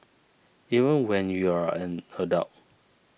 even when you're an adult